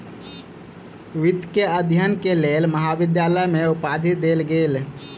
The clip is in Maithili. वित्त के अध्ययन के लेल महाविद्यालय में उपाधि देल गेल